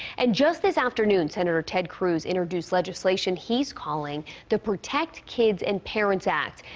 and just this afternoon, senator ted cruz introduced legislation he's calling the protect kids and parents act.